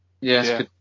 yes